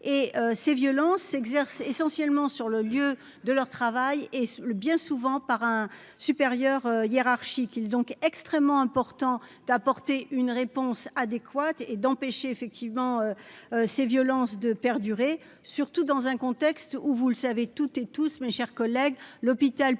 ces violences s'exercent essentiellement sur le lieu de leur travail et le bien souvent par un supérieur hiérarchique, il donc extrêmement important d'apporter une réponse adéquate et d'empêcher effectivement ces violences de perdurer, surtout dans un contexte où vous le savez, toutes et tous, mes chers collègues, l'hôpital public